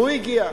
והוא הגיע.